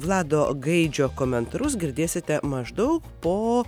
vlado gaidžio komentarus girdėsite maždaug po